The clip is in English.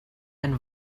and